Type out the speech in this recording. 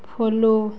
follow